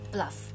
Bluff